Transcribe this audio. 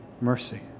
mercy